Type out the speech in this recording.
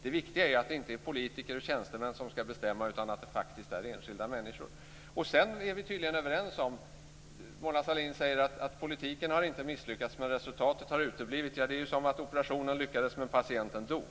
Det viktiga är att det inte är politiker och tjänstemän som ska bestämma utan att det faktiskt är enskilda människor. Mona Sahlin säger att politiken inte har misslyckats men att resultatet har uteblivit. Det är som att operationen lyckades men patienten dog.